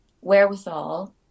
wherewithal